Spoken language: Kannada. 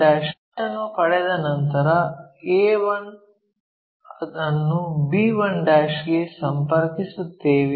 b1 ಅನ್ನು ಪಡೆದ ನಂತರ a1 ಅನ್ನು b1' ಗೆ ಸಂಪರ್ಕಿಸುತ್ತೇವೆ